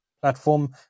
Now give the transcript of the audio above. platform